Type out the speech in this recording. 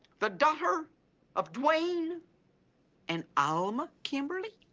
the daughter of dwayne and alma kimberly